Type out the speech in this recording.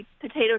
potato